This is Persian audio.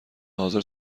حاضر